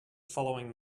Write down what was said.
following